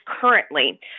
currently